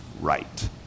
right